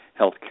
Healthcare